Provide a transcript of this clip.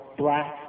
black